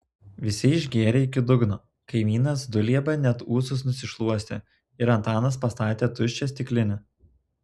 visi išgėrė iki dugno kaimynas dulieba net ūsus nusišluostė ir antanas pastatė tuščią stiklinę